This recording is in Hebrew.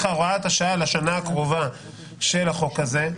להוראת השעה לשנה הקרובה של החוק הזה,